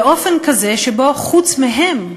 באופן כזה שבו חוץ מהם,